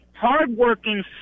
hard-working